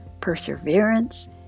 perseverance